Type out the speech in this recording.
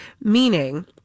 Meaning